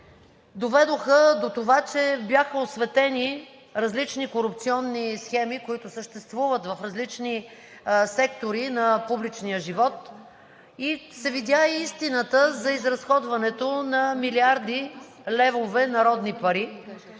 доведоха до това, че бяха осветени различни корупционни схеми, които съществуват в различни сектори на публичния живот, и се видя истината за изразходването на милиарди левове народни пари.